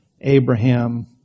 Abraham